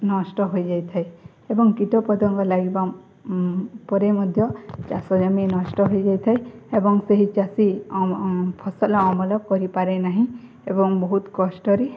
ନଷ୍ଟ ହୋଇଯାଇଥାଏ ଏବଂ କୀଟପତଙ୍ଗ ଲାଗିବା ପରେ ମଧ୍ୟ ଚାଷ ଜମି ନଷ୍ଟ ହୋଇଯାଇଥାଏ ଏବଂ ସେହି ଚାଷୀ ଫସଲ ଅମଳ କରିପାରେ ନାହିଁ ଏବଂ ବହୁତ କଷ୍ଟରେ